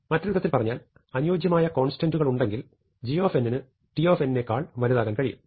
മറ്റൊരു വിധത്തിൽ പറഞ്ഞാൽ അനുയോജ്യമായ കോൺസ്റ്റന്റ്കളുണ്ടെങ്കിൽ g ന് t നെക്കാൾ വലുതാകാൻ കഴിയും